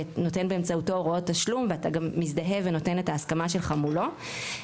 ונותן באמצעותו הוראות תשלום ואתה גם מזדהה ונותן את ההסכמה שלך מולו.